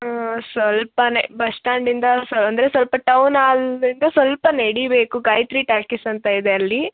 ಹಾಂ ಸ್ವಲ್ಪ ಬಸ್ ಸ್ಟ್ಯಾಂಡಿಂದ ಸ್ವ ಅಂದರೆ ಸ್ವಲ್ಪ ಟೌನ್ ಆಲಿಂದ ಸ್ವಲ್ಪ ನಡಿಬೇಕು ಗಾಯತ್ರಿ ಟಾಕೀಸ್ ಅಂತ ಇದೆ ಅಲ್ಲಿ